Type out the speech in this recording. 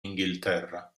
inghilterra